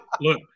look